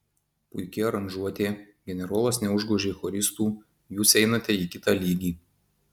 puiki aranžuotė generolas neužgožė choristų jūs einate į kitą lygį